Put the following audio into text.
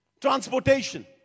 Transportation